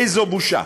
איזו בושה: